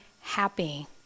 happy